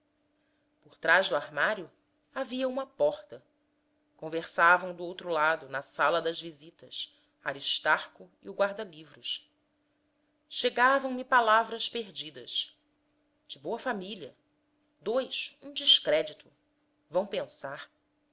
por trás do armário havia uma porta conversavam do outro lado na sala das visitas aristarco e o guarda-livros chegavam me palavras perdidas de boa família dois um descrédito vão pensar